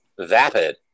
vapid